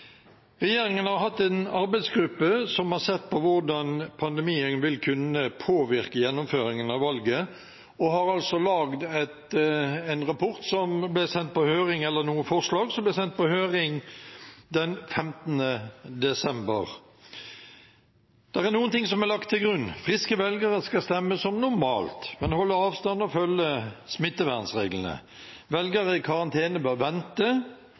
Regjeringen har hatt en arbeidsgruppe som har sett på hvordan pandemien vil kunne påvirke gjennomføringen av valget, og har altså laget noen forslag som ble sendt på høring den 15. desember. Det er noen ting som er lagt til grunn: Friske velgere skal stemme som normalt, men holde avstand og følge smittevernreglene. Velgere i karantene bør vente